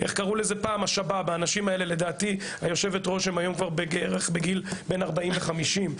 האנשים האלה לדעתי היום בגיל 40-50,